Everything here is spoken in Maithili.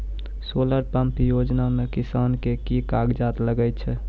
सोलर पंप योजना म किसान के की कागजात लागै छै?